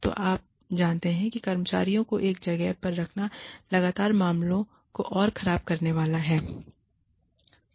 तो आप जानते हैं कि कर्मचारी को एक जगह पर रखना लगातार मामलों को और खराब करने वाला है